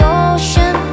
ocean